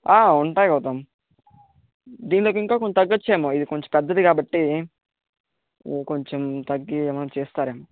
ఉంటాయి గౌతమ్ దీనికి ఇంకా కొంచెం తగ్గవచ్చు ఏమో ఇది కొంచెం పెద్దది కాబట్టి ఇంకొంచెం తగ్గి ఏమైనా చేస్తారేమో